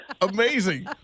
Amazing